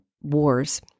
wars